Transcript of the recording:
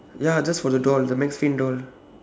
ya that's for the doll the max payne doll